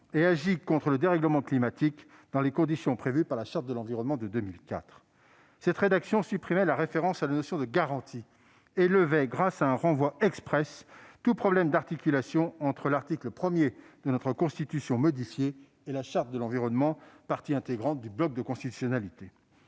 et agit contre le dérèglement climatique, dans les conditions prévues par la Charte de l'environnement de 2004 ». Cette rédaction supprimait la référence à la notion de « garantie » et levait, grâce à un renvoi exprès, tout problème d'articulation entre l'article 1 de la Constitution, modifié, et la Charte de l'environnement, partie intégrante du bloc de constitutionnalité.